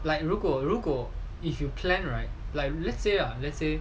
like 如果如果 if you plan right like let's say let's say